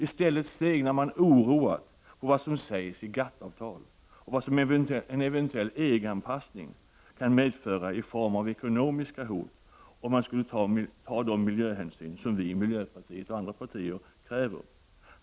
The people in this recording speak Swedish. I stället sneglar man oroat på vad som sägs i GATT-avtalet och vad en eventuell EG-anpassning kan medföra i form av ekonomiska hot, om man skulle ta de miljöhänsyn som vi i miljöpartiet och andra partier kräver.